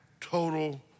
total